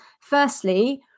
firstly